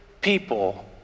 people